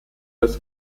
des